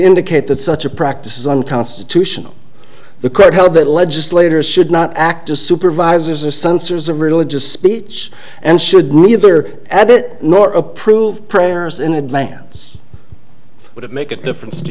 indicate that such a practice is unconstitutional the court held that legislators should not act to supervisors or censors of religious speech and should neither edit nor approve prayers in advance would it make a difference to